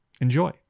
enjoy